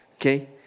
Okay